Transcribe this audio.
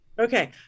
Okay